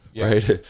Right